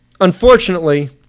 unfortunately